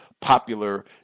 popular